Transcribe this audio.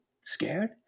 scared